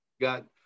got